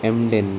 ఎండెన్